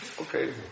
Okay